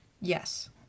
Yes